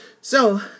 So